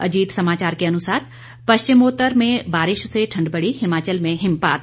अजीत समाचार के अनुसार पश्चिमोत्तर में बारिश से ठंड बढ़ी हिमाचल में हिमपात